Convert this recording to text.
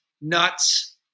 nuts